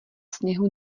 sněhu